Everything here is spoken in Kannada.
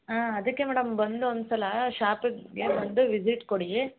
ಹಾಂ ಅದಕ್ಕೆ ಮೇಡಮ್ ಬಂದು ಒಂದು ಸಲ ಶಾಪಿಗೆ ಬಂದು ವಿಸಿಟ್ ಕೊಡಿ